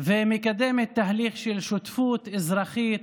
ומקדמת תהליך של שותפות אזרחית,